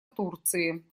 турции